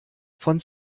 von